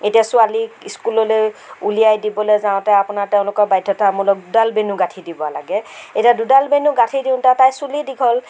এতিয়া ছোৱালীক স্কুললৈ উলিয়াই দিবলৈ যাওঁতে আপোনাৰ তেওঁলোকৰ বাধ্যতামূলক দুডাল বেণু গাঁঠি দিব লাগে এতিয়া দুডাল বেণু গাঁঠি দিওঁতা তাইৰ চুলি দীঘল